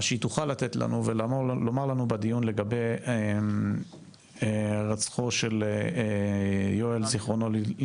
מה שהיא תוכל לתת לנו ולומר לנו בדיון לגבי הירצחו של יואל ז"ל.